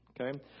okay